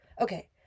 Okay